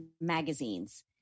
magazines